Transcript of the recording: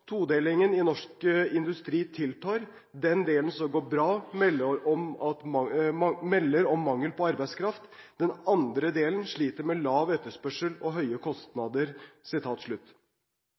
i norsk industri tiltar. Den delen som går bra, melder om mangel på arbeidskraft . Den andre delen sliter med lav etterspørsel og høye